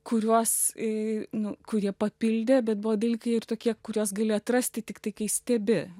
kuriuos nu kurie papildė bet buvo dalykai ir tokie kuriuos gali atrasti tiktai kai stebi